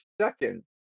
second